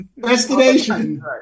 Destination